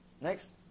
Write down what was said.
Next